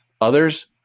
Others